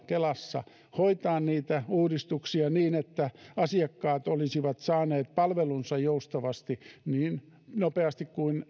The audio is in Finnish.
kelassa hoitaa niitä uudistuksia niin että asiakkaat olisivat saaneet palvelunsa joustavasti niin nopeasti kuin